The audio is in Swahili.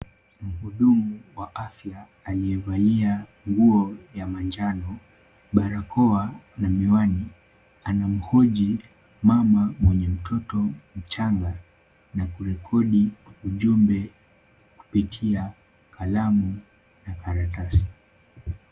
Mhudumu wa afya aliyevalia nguo ya manjano, barakoa na miwani, anamhoji mama mwenye mtoto mchanga na kurekodi ujumbe kupitia kalamu na karatasi.